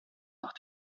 nach